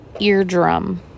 eardrum